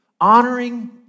honoring